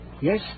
Yes